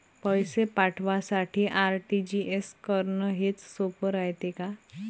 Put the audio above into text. पैसे पाठवासाठी आर.टी.जी.एस करन हेच सोप रायते का?